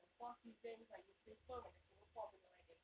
the four seasons or you prefer macam singapore punya weather